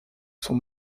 son